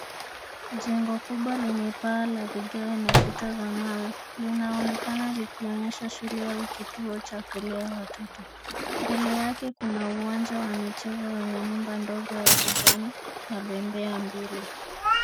Jengo kubwa lenye paa la vigae na kuta za mawe linaonekana likionyesha shule au kituo cha kulea watoto. Mbele yake kuna uwanja wa michezo wenye nyumba ndogo ya kijani na bembea mbili.